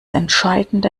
entscheidende